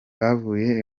bavuye